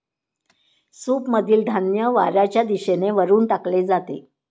सूपमधील धान्य वाऱ्याच्या दिशेने वरून टाकले जाते